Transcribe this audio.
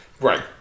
Right